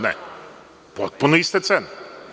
Ne, potpuno iste cene.